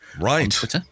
Right